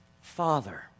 Father